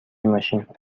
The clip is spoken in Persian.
ماشین